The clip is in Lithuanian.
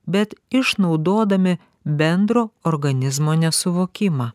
bet išnaudodami bendro organizmo nesuvokimą